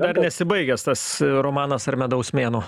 dar nesibaigęs tas romanas ar medaus mėnuo